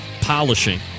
polishing